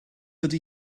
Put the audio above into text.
ydy